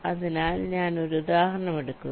അതിനാൽ ഞാൻ ഒരു ഉദാഹരണം എടുക്കുന്നു